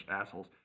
assholes